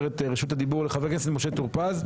את רשות הדיבור לחבר הכנסת משה טור פז,